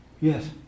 Yes